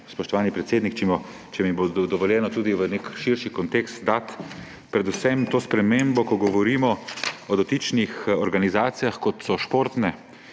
spoštovani predsednik, če mi bo dovoljeno, tudi v širši kontekst dati predvsem to spremembo, ko govorimo o dotičnih organizacijah, kot so športne,